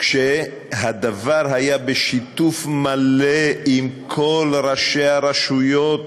והדבר היה בשיתוף מלא עם כל ראשי הרשויות